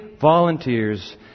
volunteers